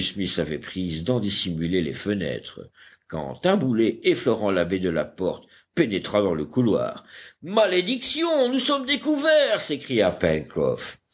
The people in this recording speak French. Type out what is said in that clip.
smith avait prise d'en dissimuler les fenêtres quand un boulet effleurant la baie de la porte pénétra dans le couloir malédiction nous sommes découverts s'écria